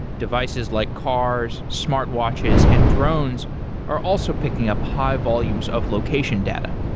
devices like cars, smartwatches and drones are also picking up high volumes of location data.